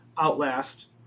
Outlast